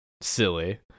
silly